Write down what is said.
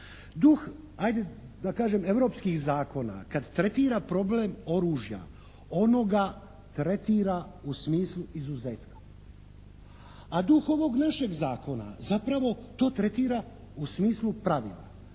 europskih zakona kad tretira problem oružja ono ga tretira u smislu izuzetka. A duh ovog našeg zakona zapravo to tretira u smislu pravila.